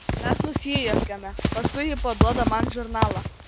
mes nusijuokiame paskui ji paduoda man žurnalą